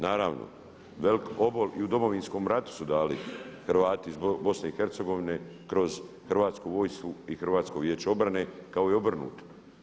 Naravno, veliki obol i u Domovinskom ratu su dali Hrvati iz BiH kroz Hrvatsku vojsku i Hrvatsko vijeće obrane kao i obrnuto.